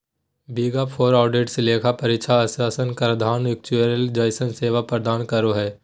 big four auditors लेखा परीक्षा आश्वाशन कराधान एक्चुरिअल जइसन सेवा प्रदान करो हय